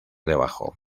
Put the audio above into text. debajo